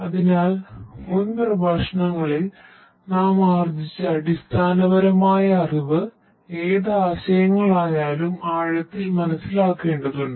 അതിനാൽ മുൻ പ്രഭാഷണങ്ങളിൽ നാം ആർജ്ജിച്ച അടിസ്ഥാനപരമായ അറിവ് ഏത് ആശയങ്ങളായാലും ആഴത്തിൽ മനസ്സിലാക്കേണ്ടതുണ്ട്